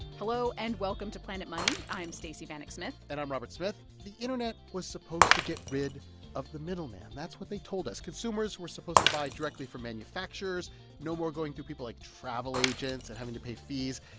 hello and welcome to planet money. i'm stacey vanek smith and i'm robert smith. the internet was supposed to get rid of the middleman. that's what they told us. consumers were supposed to buy directly from manufacturers no more going through people like travel agents and having to pay fees.